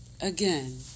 Again